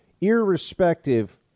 irrespective